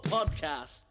Podcast